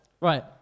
right